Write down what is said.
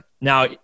Now